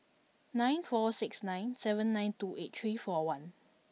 nine four six nine seven nine two eight three four one